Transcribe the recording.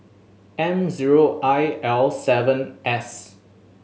M zero I L seven S